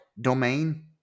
domain